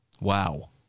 Wow